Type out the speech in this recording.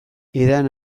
edan